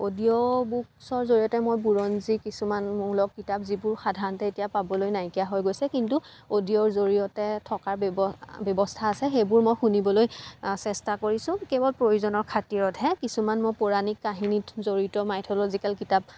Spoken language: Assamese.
অডিঅ' বুকচৰ জৰিয়তে মই বুৰঞ্জীৰ কিছুমান মুলক কিতাপ যিবোৰ সাধাৰণতে এতিয়া পাবলৈ নাইকিয়া হৈ গৈছে কিন্তু অডিঅ'ৰ জৰিয়তে থকাৰ ব্যৱ ব্যৱস্থা আছে সেইবোৰ মই শুনিবলৈ চেষ্টা কৰিছোঁ কেৱল প্ৰয়োজনৰ খাতিৰতহে কিছুমান মই পৌৰাণিক কাহিনীত জড়িত মাইথ'লজিকেল কিতাপ